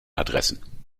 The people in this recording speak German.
adressen